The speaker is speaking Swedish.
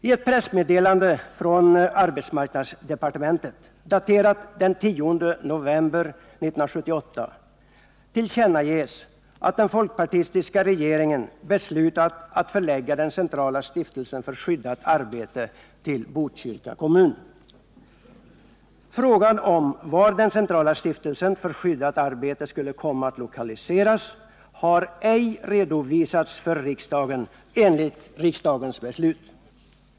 I ett pressmeddelande från arbetsmarknadsdepartementet, daterat den 10 november 1978, tillkännages att den folkpartistiska regeringen beslutat att förlägga den centrala stiftelsen för skyddat arbete till Botkyrka kommun. Frågan om var den centrala stiftelsen för skyddat arbete skulle komma att lokaliseras har ej redovisats för riksdagen enligt riksdagens beslut.